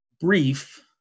brief